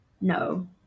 no